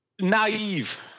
naive